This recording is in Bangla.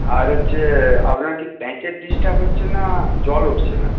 আর হচ্ছে আপনার কি প্যাঁচের ডিস্টার্ব হচ্ছে না জল উঠছে না